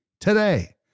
today